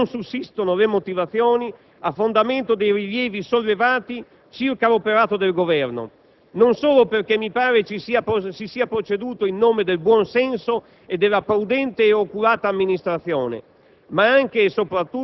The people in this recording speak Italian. Davvero, dunque, non sussistono le motivazioni a fondamento dei rilievi sollevati circa l'operato del Governo, non solo perché mi pare si sia proceduto in nome del buonsenso e della prudente ed oculata amministrazione,